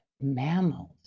mammals